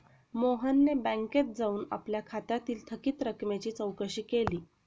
मोहनने बँकेत जाऊन आपल्या खात्यातील थकीत रकमेची चौकशी केली